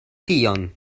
tion